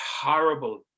horrible